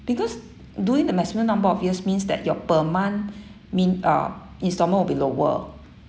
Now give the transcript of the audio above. because during the maximum number of years means that you're per month min~ uh installment will be lower